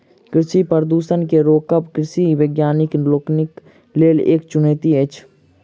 कृषि प्रदूषण के रोकब कृषि वैज्ञानिक लोकनिक लेल एक चुनौती अछि